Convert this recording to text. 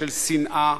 של שנאה,